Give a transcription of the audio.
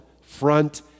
front